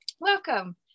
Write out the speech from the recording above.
Welcome